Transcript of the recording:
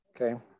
okay